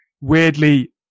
Weirdly